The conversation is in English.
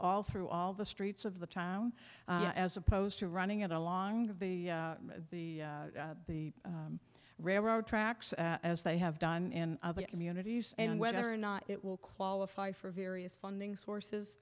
all through all the streets of the town as opposed to running it along of the the the railroad tracks as they have done in other communities and whether or not it will qualify for various funding sources